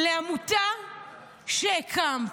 -- לעמותה שהקמת.